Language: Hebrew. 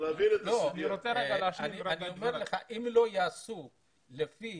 אני אומר לך שאם לא יעשו לפי